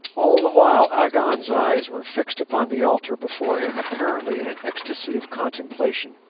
all the while agon's eyes were fixed upon the altar before him apparently in an ecstasy of contemplation,